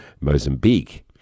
Mozambique